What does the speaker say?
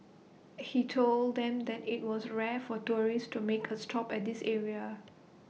he told them that IT was rare for tourists to make A stop at this area